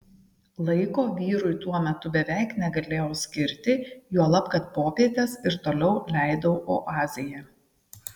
laiko vyrui tuo metu beveik negalėjau skirti juolab kad popietes ir toliau leidau oazėje